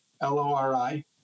l-o-r-i